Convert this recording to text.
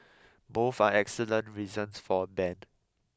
both are excellent reasons for a ban